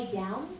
down